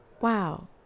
Wow